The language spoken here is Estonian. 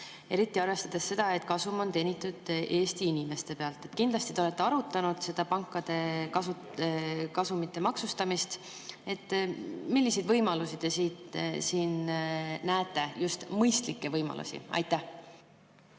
eriti arvestades seda, et kasum on teenitud Eesti inimeste pealt. Kindlasti te olete arutanud pankade kasumite maksustamist. Milliseid võimalusi te siin näete, just mõistlikke võimalusi? Aitäh